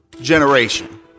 generation